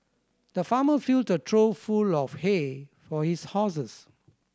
the farmer filled a trough full of hay for his horses